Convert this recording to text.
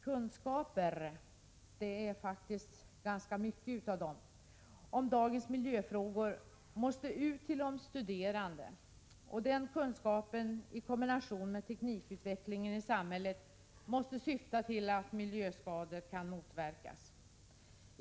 Kunskaper om dagens miljöfrågor måste ut till de studerande, och den kunskapen i kombination med teknikutvecklingen i samhället måste syfta till att miljöskador kan motverkas.